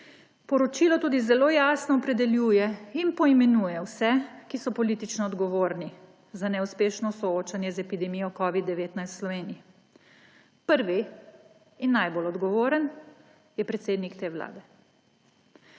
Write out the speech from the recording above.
Poročilo tudi zelo jasno opredeljuje in poimenuje vse, ki so politično odgovorni za neuspešno soočenje z epidemijo covida-19 v Sloveniji. Prvi in najbolj odgovoren je predsednik te vlade.